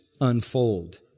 unfold